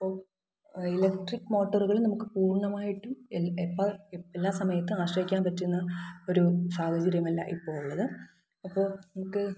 അപ്പോൾ ഇലക്ട്രിക്ക് മോട്ടോറുകൾ നമുക്ക് പൂര്ണമായിട്ടും എപ്പ എല്ലാ സമയത്തും ആശ്രയിക്കാന് പറ്റുന്ന ഒരു സാഹചര്യമല്ല ഇപ്പോള് ഉള്ളത് അപ്പോൾ നമുക്ക്